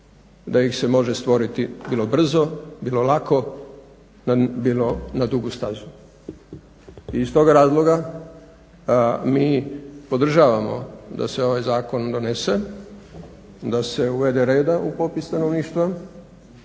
da ih se može stvoriti bilo brzo, bilo lako, bilo na duge staze. I iz toga razloga mi podržavamo da se ovaj zakon donese, da se uvede reda u popis stanovništva,